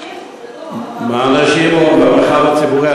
86% מהנשים, מהנשים, במרחב הציבורי.